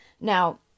Now